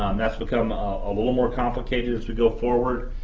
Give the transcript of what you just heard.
um that's become a little more complicated as we go forward,